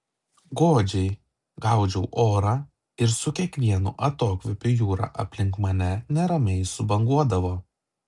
godžiai gaudžiau orą ir su kiekvienu atokvėpiu jūra aplink mane neramiai subanguodavo